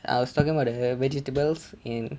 I was talking about the vegetables in